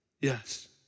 Yes